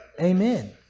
Amen